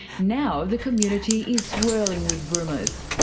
now the community is swirling with rumours.